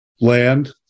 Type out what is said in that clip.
land